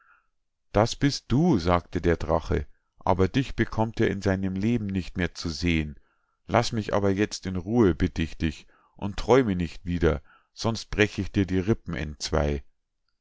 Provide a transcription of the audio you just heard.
das bist du sagte der drache aber dich bekommt er in seinem leben nicht mehr zu sehen laß mich aber jetzt in ruhe bitt ich dich und träume nicht wieder sonst brech ich dir die rippen entzwei